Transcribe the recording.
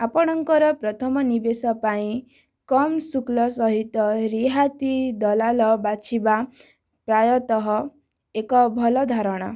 ଆପଣଙ୍କର ପ୍ରଥମ ନିବେଶ ପାଇଁ କମ୍ ଶୁଳ୍କ ସହିତ ରିହାତି ଦଲାଲ ବାଛିବା ପ୍ରାୟତଃ ଏକ ଭଲ ଧାରଣା